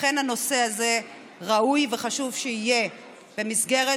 לכן הנושא הזה ראוי, וחשוב שיהיה במסגרת